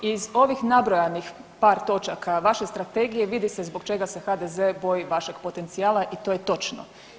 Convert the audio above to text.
Iz ovih nabrojanih par točaka vaše strategije vidi se zašto se HDZ boji vašeg potencijala i to je točno.